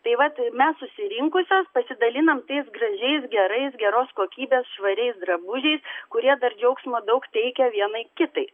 tai vat mes susirinkusios pasidalinam tais gražiais gerais geros kokybės švariais drabužiais kurie dar džiaugsmo daug teikia vienai kitai